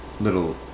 little